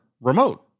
remote